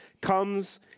comes